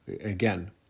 Again